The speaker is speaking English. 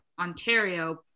Ontario